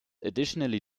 additionally